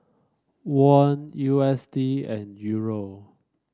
Won U S D and Euro